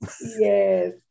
Yes